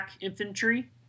infantry